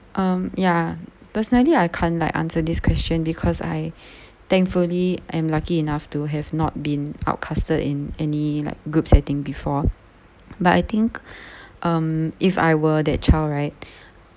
um ya personally I can't like answer this question because I thankfully I'm lucky enough to have not been outcasted in any like group setting before but I think um if I were that child right